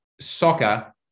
soccer